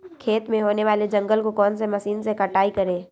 खेत में होने वाले जंगल को कौन से मशीन से कटाई करें?